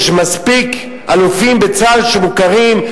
יש מספיק אלופים בצה"ל שמוכרים,